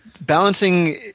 balancing